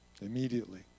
Immediately